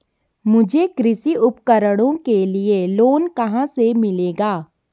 मुझे कृषि उपकरणों के लिए लोन कहाँ से मिलेगा?